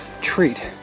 treat